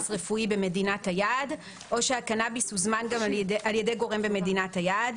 רפואי במדינת היעד או שהקנאביס הוזמן על ידי גורם במדינת היעד.